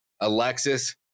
Alexis